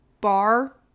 bar